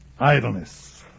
Idleness